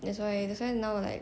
that's why that's why now like